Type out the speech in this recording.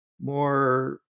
more